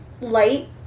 light